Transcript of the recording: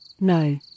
No